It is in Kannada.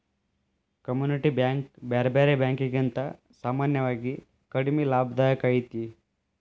ಕಮ್ಯುನಿಟಿ ಬ್ಯಾಂಕ್ ಬ್ಯಾರೆ ಬ್ಯಾರೆ ಬ್ಯಾಂಕಿಕಿಗಿಂತಾ ಸಾಮಾನ್ಯವಾಗಿ ಕಡಿಮಿ ಲಾಭದಾಯಕ ಐತಿ